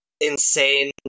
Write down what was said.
insane